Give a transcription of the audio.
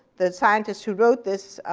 the scientists who wrote this